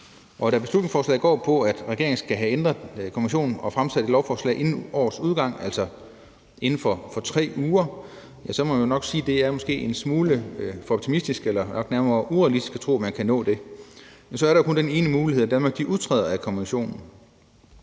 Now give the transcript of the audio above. Da beslutningsforslaget går på, at regeringen skal have ændret konventionen og fremsat et lovforslag inden årets udgang, altså inden for 3 uger, så må man nok sige, at det måske er en smule for optimistisk eller nok nærmere urealistisk at tro, at man kan nå det. Så er der jo kun den ene mulighed, at Danmark udtræder af konventionen.